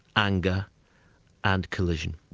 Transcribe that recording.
anger and collision.